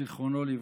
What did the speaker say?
זיכרונו לברכה.